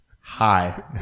Hi